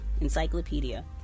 encyclopedia